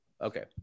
Okay